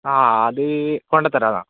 ആ അത് കൊണ്ടുത്തരാം എന്നാൽ